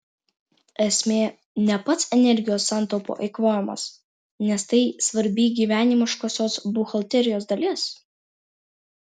esmė ne pats energijos santaupų eikvojimas nes tai svarbi gyvenimiškosios buhalterijos dalis